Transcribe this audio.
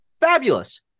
Fabulous